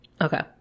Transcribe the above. Okay